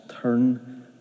turn